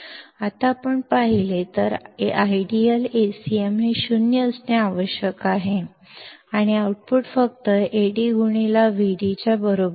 ಈಗ ನಾವು ನೋಡಿದರೆ ಆದರ್ಶಪ್ರಾಯವಾಗಿ Acm 0 ಆಗಿರಬೇಕು ಮತ್ತು ಔಟ್ಪುಟ್ AdVd ಗೆ ಮಾತ್ರ ಸಮನಾಗಿರಬೇಕು